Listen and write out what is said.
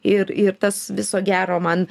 ir ir tas viso gero man